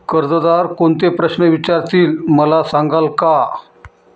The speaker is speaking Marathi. कर्जदार कोणते प्रश्न विचारतील, मला सांगाल का?